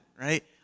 right